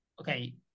okay